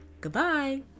Goodbye